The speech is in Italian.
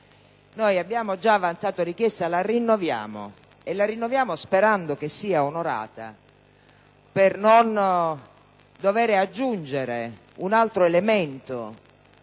Noi abbiamo già avanzato la richiesta, che rinnoviamo, sperando che sia onorata, per non dover aggiungere un altro elemento